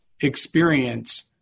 experience